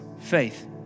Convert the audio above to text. faith